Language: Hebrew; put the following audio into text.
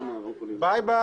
(חברת הכנסת אוסנת הילה מארק יוצאת מחדר הוועדה)